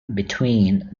between